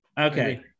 Okay